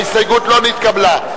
ההסתייגות לא נתקבלה.